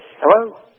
Hello